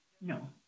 No